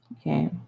Okay